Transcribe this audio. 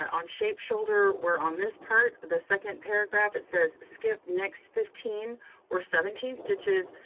on shape shoulder we're on this part. the second paragraph, it says, skip next fifteen or seventeen stitches,